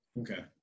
Okay